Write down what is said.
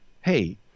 hey